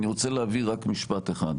אני רוצה להבהיר רק משפט אחד: